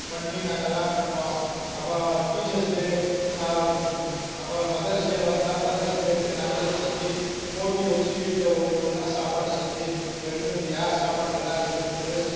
பண்ணி நாங்களெல்லாம் பண்ணுறோம் அப்புறம் டீச்சர்ஸ் டே அப்புறம் மதர்ஸ் டே வந்தால் மதர்ஸ் டேக்கு நாங்களே செஞ்சு போட்டி வச்சு சாப்பாடு செஞ்சு எடுத்துனு வந்து யார் சாப்பாடு நல்லாயிருக்குதுனு ப்ரைஸ்